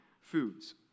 foods